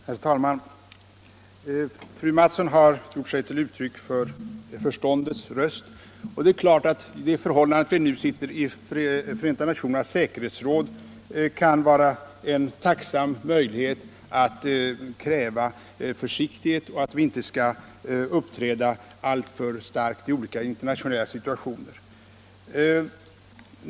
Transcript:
Herr talman! Fröken Mattson har gjort sig till tolk för förståndets röst, och det är klart att det förhållandet att Sverige nu sitter i Förenta nationernas säkerhetsråd kan ge en tacksam möjlighet att kräva att vi skall vara försiktiga och inte uppträda alltför starkt i olika internationella situationer.